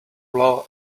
law